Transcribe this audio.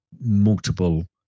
multiple